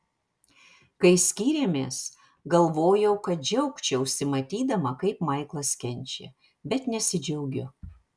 kai skyrėmės galvojau kad džiaugčiausi matydama kaip maiklas kenčia bet nesidžiaugiu